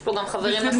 יש פה גם חברים נוספים.